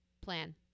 Plan